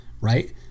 right